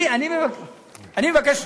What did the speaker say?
אני מבקש,